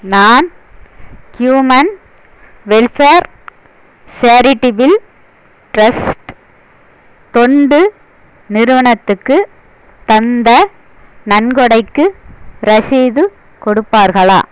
நான் human welfare charitable trust தொண்டு நிறுவனத்துக்கு தந்த நன்கொடைக்கு ரசீது கொடுப்பார்களா